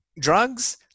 drugs